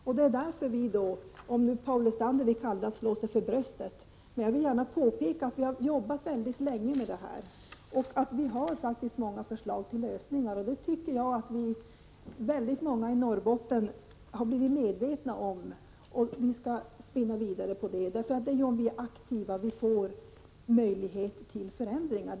Paul Lestander får om han vill kalla det att slå sig för bröstet, men jag vill gärna påpeka att vi har jobbat mycket länge med dessa problem och att vi har många förslag till lösningar. Det tycker jag att många i Norrbotten har blivit medvetna om. Vi skall spinna vidare på det. Det är om vi är aktiva vi får möjligheter till förändringar.